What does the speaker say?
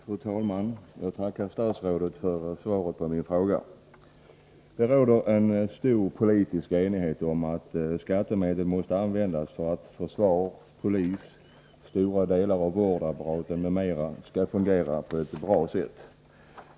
Fru talman! Jag tackar statsrådet för svaret på min fråga. Det råder stor politisk enighet om att skattemedel måste användas för att försvar, polis, stora delar av vårdapparaten, m.m. skall fungera på ett bra sätt.